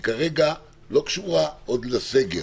שכרגע לא קשורה עוד לסגר.